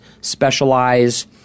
specialize